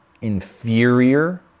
inferior